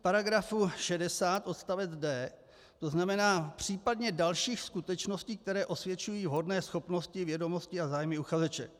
V § 60 odst. d), to znamená případně dalších skutečností, které osvědčují vhodné schopnosti, vědomosti a zájmy uchazeče.